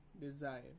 desire